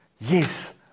Yes